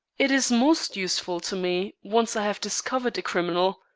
it is most useful to me once i have discovered a criminal.